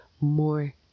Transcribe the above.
more